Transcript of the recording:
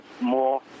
more